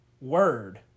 word